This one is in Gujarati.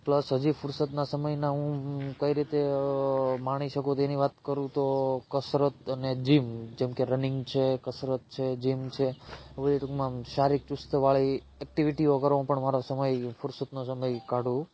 પ્લસ હજી ફુરસતના સમયના હું કઈ રીતે માણી શકું તેની વાત કરું તો કસરત અને જીમ જેમકે રનિંગ છે કસરત છે જીમ છે આ બધી ટૂંકમાં આમ શારીરિક ચુસ્તવાળી એક્ટિવિટીઓ કરવામાં પણ મારો સમય ફુરસતનો સમય કાઢું